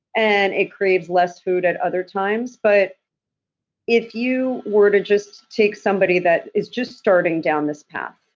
and it craves less food at other times. but if you were to just take somebody that is just starting down this path,